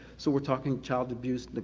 so we're talking child abuse